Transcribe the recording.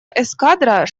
эскадра